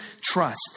trust